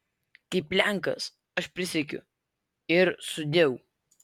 kaip lenkas aš prisiekiu ir sudieu